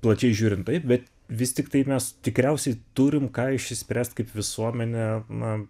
plačiai žiūrint taip bet vis tik tai mes tikriausiai turim ką išsispręst kaip visuomenė na